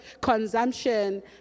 consumption